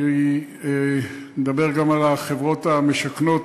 אני מדבר גם על החברות המשכנות,